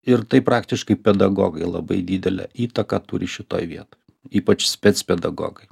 ir tai praktiškai pedagogai labai didelę įtaką turi šitoj vietoj ypač specpedagogai